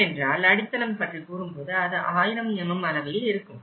ஏனென்றால் அடித்தளம் பற்றி கூறும்போது அது 1000mm அளவில் இருக்கும்